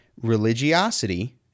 religiosity